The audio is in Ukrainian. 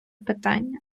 питання